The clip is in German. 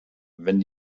wenn